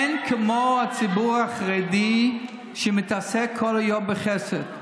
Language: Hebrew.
אין כמו הציבור החרדי שמתעסק כל היום בחסד,